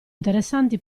interessanti